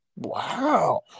Wow